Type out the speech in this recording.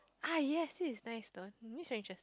ah yes this is nice though it looks so interest